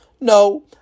No